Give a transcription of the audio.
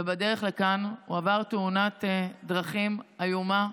ובדרך לכאן הוא עבר תאונת דרכים איומה,